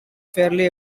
fairly